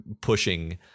pushing